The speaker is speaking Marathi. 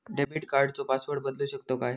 डेबिट कार्डचो पासवर्ड बदलु शकतव काय?